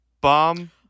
bomb